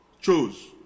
chose